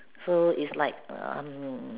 so is like um